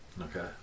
Okay